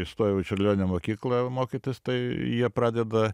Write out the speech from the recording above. įstojau į čiurlionio mokyklą jau mokytis tai jie pradeda